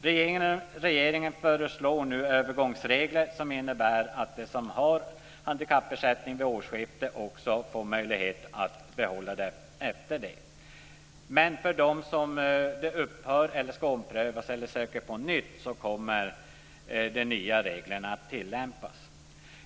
Regeringen föreslår nu övergångsregler som innebär att de som har handikappersättning vid årsskifte också får möjlighet att behålla detta efter årsskiftet. Men för dem som har ersättning som upphör eller ska omprövas och för dem som söker på nytt kommer de nya reglerna att tillämpas.